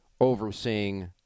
overseeing